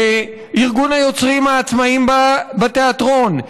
ארגון היוצרים העצמאיים בתיאטרון,